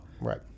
Right